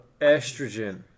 estrogen